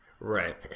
Right